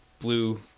blue